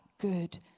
good